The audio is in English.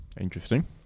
Interesting